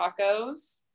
tacos